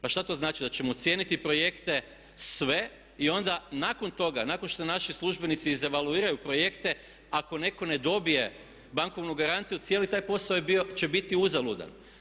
Pa šta to znači da ćemo cijeniti projekte sve i onda nakon toga, nakon što naši službenici izevaluiraju projekte, ako netko ne dobije bankovnu garanciju cijeli taj posao će biti uzaludan.